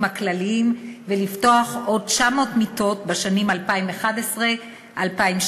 הכלליים ולפתוח עוד 900 מיטות בשנים 2011 2016,